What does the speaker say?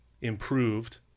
improved